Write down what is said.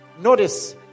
Notice